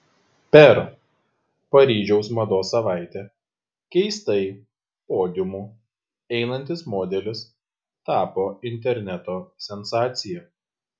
per paryžiaus mados savaitę keistai podiumu einantis modelis tapo interneto sensacija